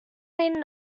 meaning